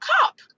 Cop